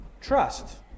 trust